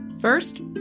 First